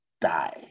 die